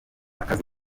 akazi